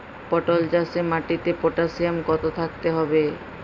পটল চাষে মাটিতে পটাশিয়াম কত থাকতে হবে?